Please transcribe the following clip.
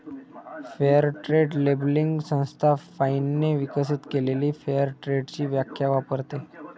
fair trade labelling संस्था फाइनने विकसित केलेली फेअर ट्रेडची व्याख्या वापरते